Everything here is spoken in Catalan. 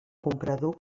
comprador